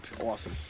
Awesome